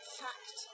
fact